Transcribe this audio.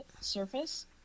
surface